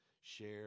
share